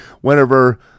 whenever